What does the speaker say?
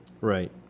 right